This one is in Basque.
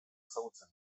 ezagutzen